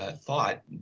thought